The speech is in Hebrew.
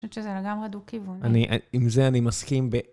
אני חושבת שזה לגמרי דו-כיוון. אני, עם זה אני מסכים ב...